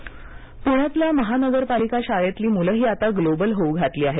परदेशी भाषा पुण्यातल्या महानगरपालिका शाळेतली मुलंही आता ग्लोबल होऊ घातली आहेत